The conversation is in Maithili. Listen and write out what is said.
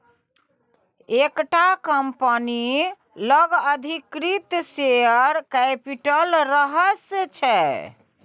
एकटा कंपनी लग अधिकृत शेयर कैपिटल रहय छै